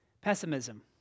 pessimism